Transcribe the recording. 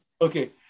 Okay